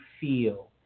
feel